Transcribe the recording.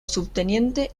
subteniente